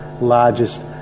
largest